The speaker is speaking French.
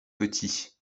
petits